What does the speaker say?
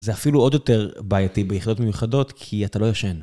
זה אפילו עוד יותר בעייתי ביחידות מיוחדות, כי אתה לא ישן.